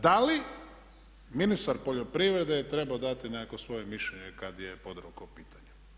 Da li ministar poljoprivrede je trebao dati nekakvo svoje mišljenje kad je Podravka u pitanju.